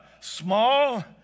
small